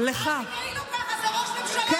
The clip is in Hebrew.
אל תקראי לו ככה, זה ראש ממשלה, יש כללים.